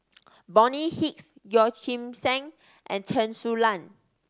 Bonny Hicks Yeoh Ghim Seng and Chen Su Lan